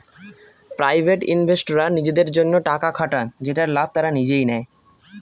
private ইনভেস্টররা নিজেদের জন্য টাকা খাটান যেটার লাভ তারা নিজেই নেয়